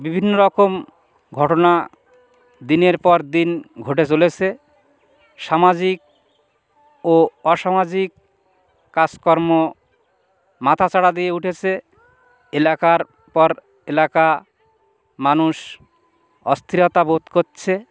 বিভিন্ন রকম ঘটনা দিনের পর দিন ঘটে চলেছে সামাজিক ও অসামাজিক কাজকর্ম মাথা চাড়া দিয়ে উঠেছে এলাকার পর এলাকা মানুষ অস্থিরতা বোধ করছে